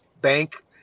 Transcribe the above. bank